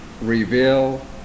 reveal